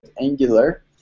Angular